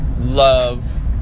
love